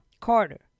Carter